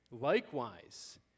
Likewise